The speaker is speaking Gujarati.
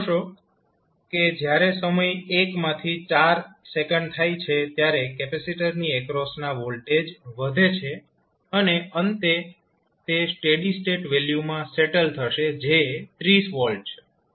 તમે જોશો કે જ્યારે સમય 1 માંથી 4 થાય છે ત્યારે કેપેસિટરની એક્રોસના વોલ્ટેજ વધે છે અને અંતે તે સ્ટેડી સ્ટેટ વેલ્યુમાં સેટલ થશે જે 30 V છે